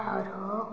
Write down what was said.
आओर